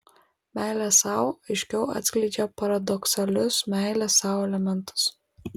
meilė sau aiškiau atskleidžia paradoksalius meilės sau elementus